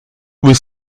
with